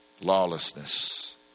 Lawlessness